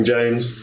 James